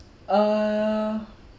uh